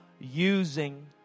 using